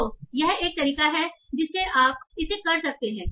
तो यह एक तरीका है जिससे आप इसे कर सकते हैं